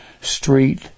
street